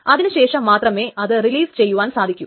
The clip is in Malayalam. അതിനു ശേഷം മാത്രമേ അതിന് റിലീസ് ചെയ്യുവാൻ സാധിക്കൂ